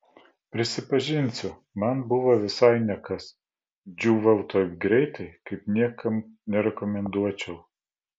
prisipažinsiu man buvo visai ne kas džiūvau taip greitai kaip niekam nerekomenduočiau